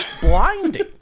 blinding